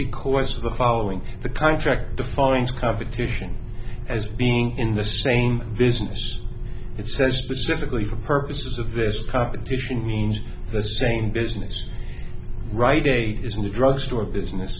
because of the following the contract defines competition as being in the same business it's specifically for purposes of this competition means the same business right day is in the drugstore business